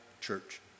church